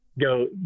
go